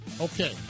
Okay